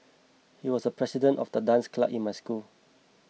he was the president of the dance club in my school